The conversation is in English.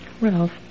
Ralph